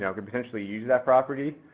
can potentially use that property.